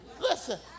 Listen